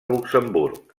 luxemburg